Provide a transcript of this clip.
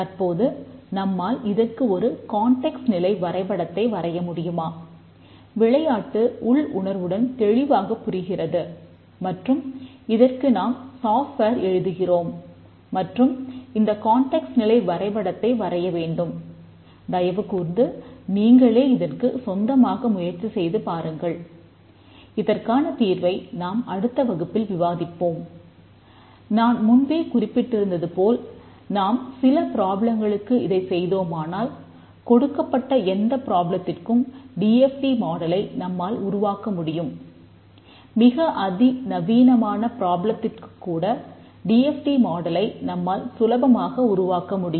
தற்போது நம்மால் இதற்கு ஒரு கான்டெக்ஸ்ட் நம்மால் சுலபமாக உருவாக்க முடியும்